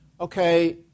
okay